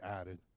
added